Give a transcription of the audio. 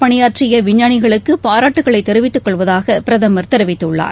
பணியாற்றிய விஞ்ஞானிகளுக்கு பாராட்டுதல்களை தெரிவித்துக் கொள்வதாக பிரதமர் இதற்காக தெரிவித்துள்ளார்